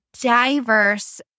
diverse